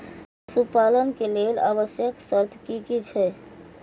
पशु पालन के लेल आवश्यक शर्त की की छै?